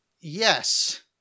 Yes